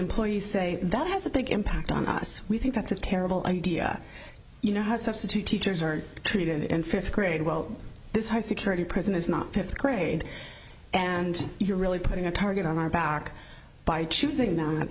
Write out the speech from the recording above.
employees say that has a big impact on us we think that's a terrible idea you know how substitute teachers are treated in fifth grade well this high security prison is not fifth grade and you're really putting a target on our back by choosing no